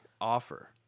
Offer